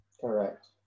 Correct